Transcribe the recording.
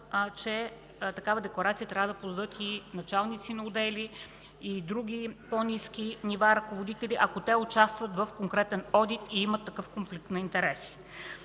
че такава декларация трябва да подадат и началници на отдели, и ръководители на други по-ниски нива, ако участват в конкретен одит и имат такъв конфликт на интереси.